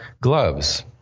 gloves